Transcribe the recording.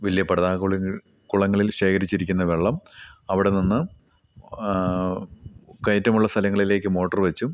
വലിയ പടുതാ കുളങ്ങൾ കുളങ്ങളിൽ ശേഖരിച്ചിരിക്കുന്ന വെള്ളം അവിടെ നിന്ന് കയറ്റമുള്ള സ്ഥലങ്ങളിലേക്ക് മോട്ടർ വെച്ചും